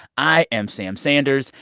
i am sam sanders,